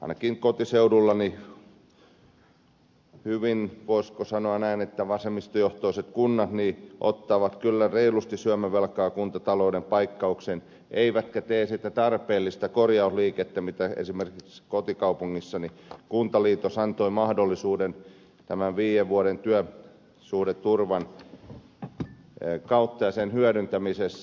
ainakin kotiseudullani hyvin voisiko sanoa näin vasemmistojohtoiset kunnat ottavat kyllä reilusti syömävelkaa kuntatalouden paikkaukseen eivätkä tee sitä tarpeellista korjausliikettä mihin esimerkiksi kotikaupungissani kuntaliitos antoi mahdollisuuden tämän viiden vuoden työsuhdeturvan kautta ja sen hyödyntämisessä